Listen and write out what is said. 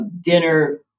dinner